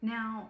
Now